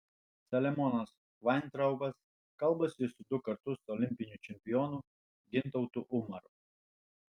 saliamonas vaintraubas kalbasi su du kartus olimpiniu čempionu gintautu umaru